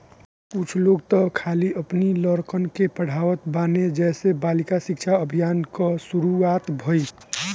कुछ लोग तअ खाली अपनी लड़कन के पढ़ावत बाने जेसे बालिका शिक्षा अभियान कअ शुरुआत भईल